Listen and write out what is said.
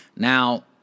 Now